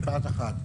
רק משפט אחד,